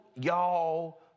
y'all